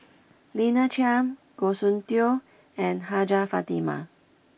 Lina Chiam Goh Soon Tioe and Hajjah Fatimah